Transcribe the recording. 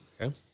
Okay